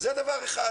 אז זה דבר אחד